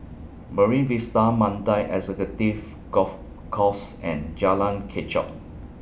Marine Vista Mandai Executive Golf Course and Jalan Kechot